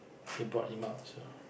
they brought him out so